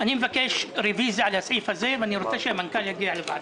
אני מבקש רביזיה על הסעיף הזה ואני רוצה שהמנכ"ל יגיע לוועדה.